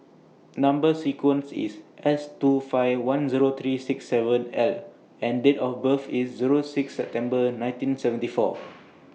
Number sequence IS S two five one Zero three six seven L and Date of birth IS Zero six September nineteen seventy four